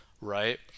right